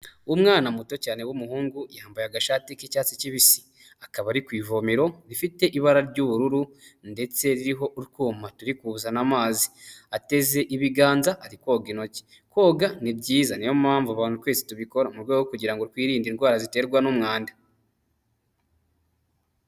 Umwana muto cyane w'umuhungu yambaye agashati k'icyatsi kibisi, akaba ari ku ivomero rifite ibara ry'ubururu ndetse ririho utwuma turi kuzana amazi, ateze ibiganza ari koga intoki. Koga ni byiza niyo mpamvu abantu twese tubikora mu rwego rwo kugira ngo twirinde indwara ziterwa n'umwanda.